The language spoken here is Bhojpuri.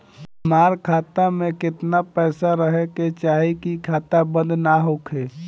हमार खाता मे केतना पैसा रहे के चाहीं की खाता बंद ना होखे?